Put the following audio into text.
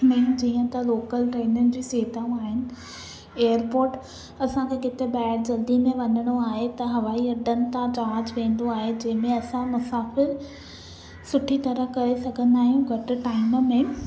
में जीअं त लोकल ट्रेनिनि जी सुविधाऊं आहिनि एयरपोट असांखे किथे ॿाहिरि जल्दी में वञिणो आहे त हवाई अॾनि था जहाज वेंदो आहे जंहिं में असां मुसाफ़िर सुठी तरह करे सघंदा आहियूं घटि टाइम में